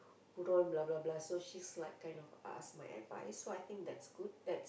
put on blah blah blah so she's like kind of ask my advice so I think that's good that's